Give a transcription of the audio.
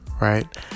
right